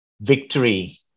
victory